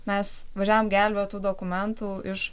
mes važiavom gelbėt tų dokumentų iš